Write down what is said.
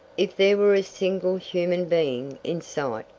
if there were a single human being in sight,